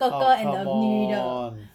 oh come on